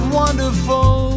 wonderful